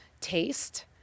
taste